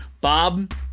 Bob